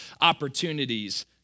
opportunities